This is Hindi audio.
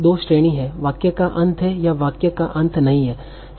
दो श्रेणी हैं वाक्य का अंत है या वाक्य का अंत नहीं है